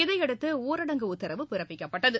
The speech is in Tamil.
இதனையடுத்து ஊரடங்கு உத்தரவு பிறப்பிக்கப்பட்டது